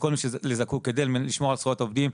לכל מי שזקוק כדי לשמור על זכויות עובדים,